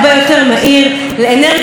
לאפס פליטות גזי חממה.